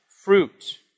fruit